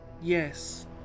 yes